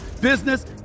business